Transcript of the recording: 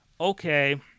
okay